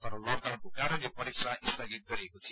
तर लक डाउनको कारण यो परीक्षा स्थगित गरिएको थियो